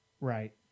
Right